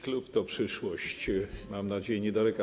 Klub to przyszłość, mam nadzieję, niedaleka.